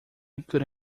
could